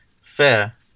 Fair